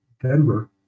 Denver